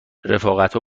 رفاقتا